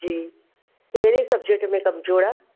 जी कहिड़े सब्जेक्ट में कमज़ोरु आहे